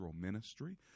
ministry